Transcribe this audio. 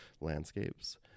landscapes